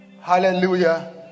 Hallelujah